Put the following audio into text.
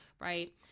Right